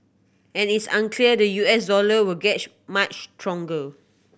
and it's unclear the U S dollar will gets much stronger